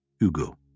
Hugo